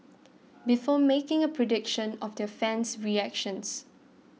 before making a prediction of their fan's reactions